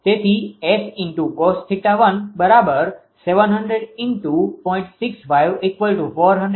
તેથી 𝑆×cos𝜃1700×0